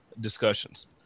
discussions